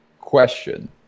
question